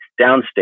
downstate